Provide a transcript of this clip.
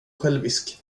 självisk